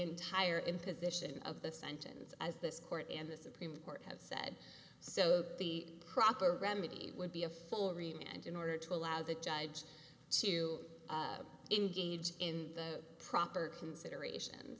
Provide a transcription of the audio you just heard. entire imposition of the sentence as this court and the supreme court have said so the proper remedy would be a full review and in order to allow the judge to engage in the proper consideration